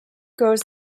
goes